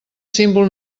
símbol